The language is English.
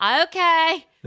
Okay